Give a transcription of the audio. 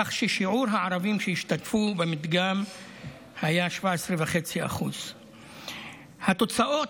כך ששיעור הערבים שהשתתפו במדגם היה 17.5%. התוצאות